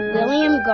William